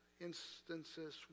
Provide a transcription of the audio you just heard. instances